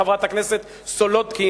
חברת הכנסת סולודקין,